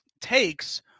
takes